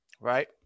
right